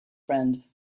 friend